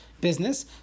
business